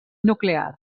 nuclear